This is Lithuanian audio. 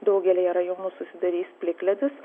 daugelyje rajonų susidarys plikledis